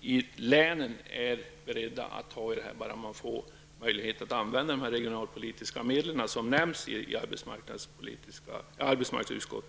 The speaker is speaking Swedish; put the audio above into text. i länen är beredd att driva denna bara man får möjlighet att använda de regionalpolitiska medel som nämns i arbetsmarknadsutskottets betänkande?